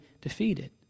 defeated